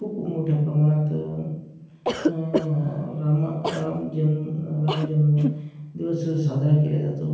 खूप मोठ्या प्रमाणात रामा रामजन्म रामजन्म दिवस साजरा केला जातो